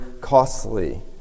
costly